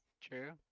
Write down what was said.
true